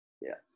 Yes